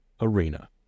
Arena